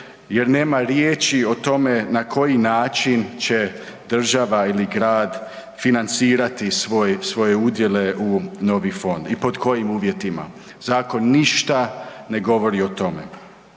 jer nema riječi o tome na koji način će država ili grad financirati svoje udjele u novi fond i pod kojim uvjetima. Zakon ništa ne govori o tome.